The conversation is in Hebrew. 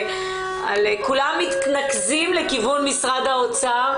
כולם מתנקזים לכוון משרד האוצר,